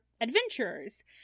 adventurers